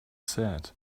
said